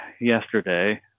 yesterday